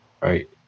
right